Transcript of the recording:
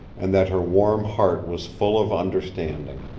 and that her warm heart was full of understanding.